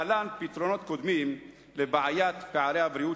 להלן פתרונות קודמים לבעיית פערי הבריאות,